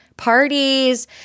Parties